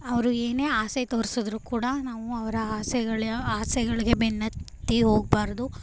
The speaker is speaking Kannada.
ಅವರು ಏನೇ ಆಸೆ ತೋರ್ಸಿದ್ರೂ ಕೂಡ ನಾವು ಅವರ ಆಸೆಗಳೇ ಆಸೆಗಳಿಗೆ ಬೆನ್ನತ್ತಿ ಹೋಗ್ಬಾರ್ದು